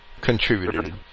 contributed